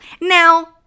Now